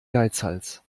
geizhals